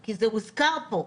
כי זה הוזכר פה,